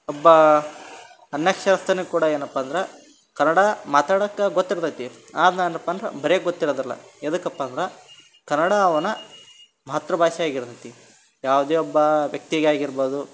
ಒಬ್ಬ ಅನಕ್ಷರಸ್ತನಿಗೆ ಕೂಡ ಏನಪ್ಪ ಅಂದ್ರೆ ಕನ್ನಡ ಮಾತಾಡೊಕ್ಕೆ ಗೊತ್ತಿರ್ತದೆ ಅದ್ನ ಅಂದ್ರಪ್ಪ ಅಂದ್ರೆ ಬರಿಯೋಕ್ ಗೊತ್ತಿರೊದಲ್ಲ ಯಾವ್ದಕ್ಕಪ್ಪ ಅಂದ್ರೆ ಕನ್ನಡ ಅವನ ಮಾತೃಭಾಷೆ ಆಗಿರ್ತದೆ ಯಾವುದೇ ಒಬ್ಬಾ ವ್ಯಕ್ತಿಗೆ ಆಗಿರ್ಬೋದು